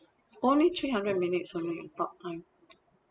only three hundred minutes only talk time